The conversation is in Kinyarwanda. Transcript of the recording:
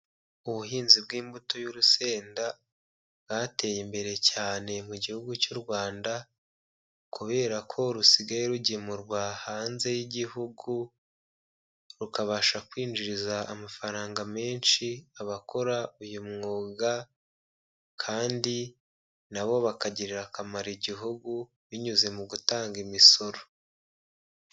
Ubuhinzi bw'imbuto y'urusenda bwateye imbere cyane mu gihugu cy'u Rwanda kubera ko rusigaye rugemurwa hanze y'igihugu, rukabasha kwinjiriza amafaranga menshi abakora uyu mwuga, kandi na bo bakagirira akamaro igihugu binyuze mu gutanga imisoro.